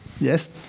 Yes